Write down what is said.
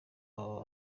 aba